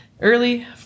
early